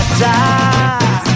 die